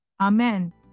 amen